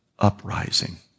uprising